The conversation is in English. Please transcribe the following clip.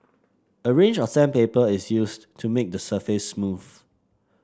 a range of sandpaper is used to make the surface smooth